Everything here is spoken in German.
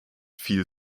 viel